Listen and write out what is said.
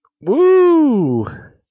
Woo